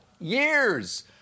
years